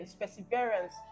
perseverance